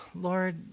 lord